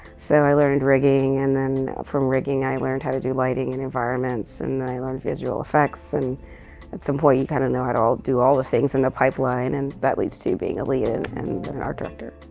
so i learned rigging, and then from rigging, i learned how to do lighting and environments, and then i learned visual effects. and at some point you kind of know how to all do all the things in the pipeline and that leads to being a lead and then an art director.